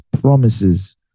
promises